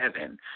heaven